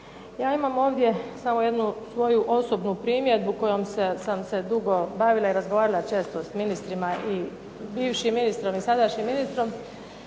Ja imam ovdje samo jednu osobnu primjedbu kojom sam se dugo bavila i razgovarala često s ministrima i bivšim ministrom i sadašnjim ministrom.